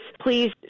please